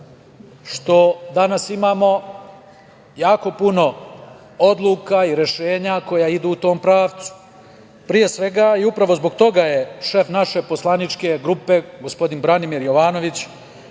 što danas imamo jako puno odluka i rešenja koja idu u tom pravcu. Pre svega, upravo zbog toga je šef naše poslaničke grupe gospodin Branimir Jovanović